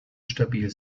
stabil